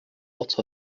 hot